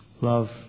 Love